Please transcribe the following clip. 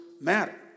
matter